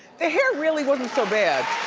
the hair really wasn't so bad.